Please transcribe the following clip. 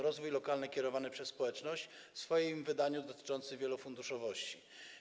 Rozwój lokalny kierowany przez społeczność w swoim wydaniu dotyczy wielofunduszowości.